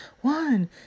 one